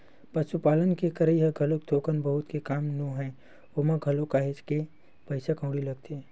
पसुपालन के करई ह घलोक थोक बहुत के काम नोहय ओमा घलोक काहेच के पइसा कउड़ी लगथे